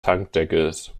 tankdeckels